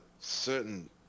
certain